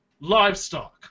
Livestock